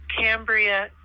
Cambria